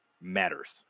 matters